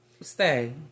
stay